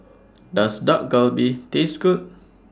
Does Dak Galbi Taste Good